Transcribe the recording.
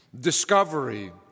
Discovery